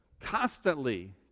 constantly